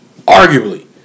arguably